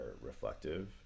reflective